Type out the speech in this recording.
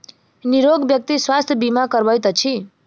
निरोग व्यक्ति स्वास्थ्य बीमा करबैत अछि